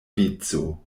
vico